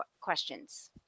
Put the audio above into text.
questions